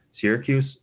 Syracuse